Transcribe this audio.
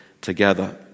together